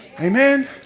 Amen